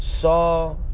saw